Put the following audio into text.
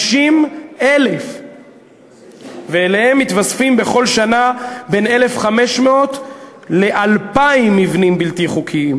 50,000. ועליהם מתווספים בכל שנה בין 1,500 ל-2,000 מבנים בלתי חוקיים.